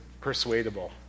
persuadable